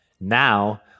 Now